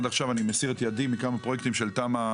ועכשיו אני מסיר את ידי מכמה פרויקטים של תמ"א